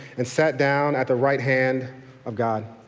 and sat down at the right hand of god.